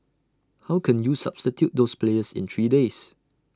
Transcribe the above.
how can you substitute those players in three days